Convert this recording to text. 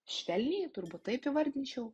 švelniai turbūt taip įvardinčiau